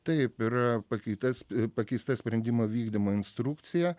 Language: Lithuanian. taip yra pakitęs pakeista sprendimo vykdymo instrukcija